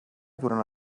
durant